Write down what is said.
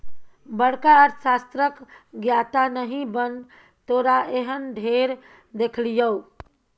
बड़का अर्थशास्त्रक ज्ञाता नहि बन तोरा एहन ढेर देखलियौ